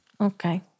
Okay